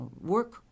work